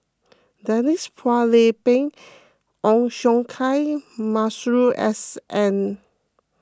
Denise Phua Lay Peng Ong Siong Kai Masuri S N